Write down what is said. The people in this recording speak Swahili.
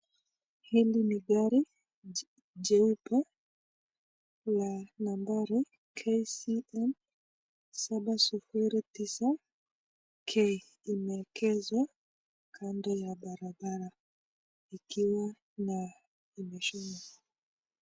Hili ni gari jeupe la nambari KCM 709K limeekezwa kando ya barabara ikiwa na imeshuma.